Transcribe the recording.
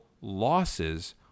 losses